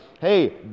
hey